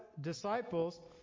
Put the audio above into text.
disciples